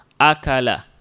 Akala